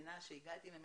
במדינה ממנה הגעתי,